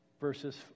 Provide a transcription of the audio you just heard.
verses